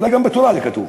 אולי גם בתורה זה כתוב.